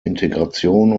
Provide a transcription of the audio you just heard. integration